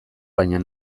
baina